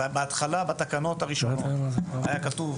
בהתחלה, בתקנות הראשונות היה כתוב